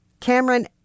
Cameron